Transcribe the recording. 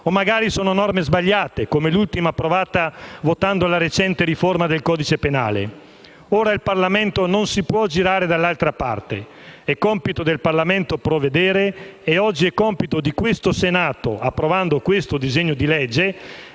O magari sono sbagliate, come l'ultima approvata votando la recente riforma del codice penale? Ora, il Parlamento non si può girare dall'altra parte. È compito del Parlamento provvedere e oggi è compito di questo Senato, approvando questo disegno di legge,